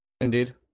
Indeed